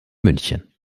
münchen